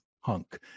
Hunk